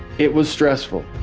it was stressful.